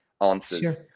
answers